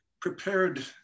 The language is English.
prepared